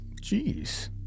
Jeez